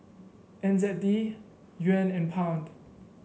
N Z D Yuan and Pound